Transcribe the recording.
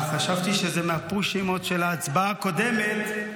חשבתי שזה עוד מהפושים של ההצבעה הקודמת,